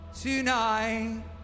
tonight